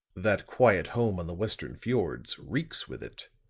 that quiet home on the western fiords reeks with it.